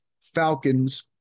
Falcons